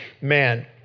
Man